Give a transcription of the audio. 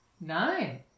Nine